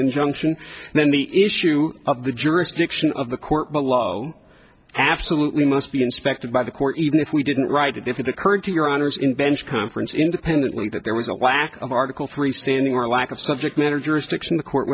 injunction then the issue of the jurisdiction of the court below absolutely must be inspected by the court even if we didn't write it if it occurred to your honor's in bench conference independently that there was a lack of article three standing or lack of subject matter jurisdiction the court